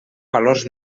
valors